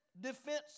defense